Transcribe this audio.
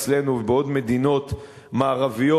אצלנו ובעוד מדינות מערביות,